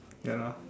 ya